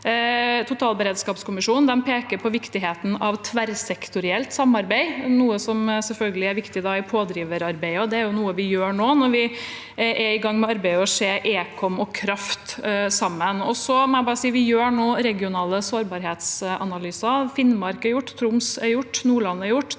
Totalberedskapskommisjonen peker på viktigheten av tverrsektorielt samarbeid, noe som selvfølgelig er viktig i pådriverarbeidet. Det er noe vi gjør nå, når vi er i gang med arbeidet og ser ekom og kraft sammen. Jeg må bare si at vi nå gjør regionale sårbarhetsanalyser. Finnmark er gjort, Troms er gjort, Nordland er gjort,